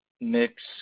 Mix